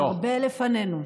הרבה לפנינו.